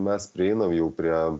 mes prieinam jau prie